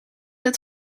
het